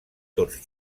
tots